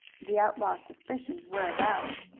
the outlaw's suspicions were aroused.